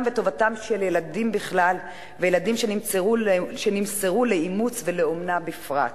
וטובתם של ילדים בכלל ושל ילדים שנמסרו לאימוץ ולאומנה בפרט,